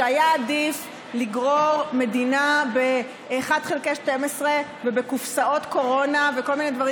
שהיה עדיף לגרור מדינה ב-1 חלקי 12 ובקופסאות קורונה וכל מיני דברים